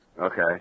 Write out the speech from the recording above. Okay